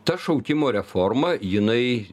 ta šaukimo reforma jinai